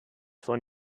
von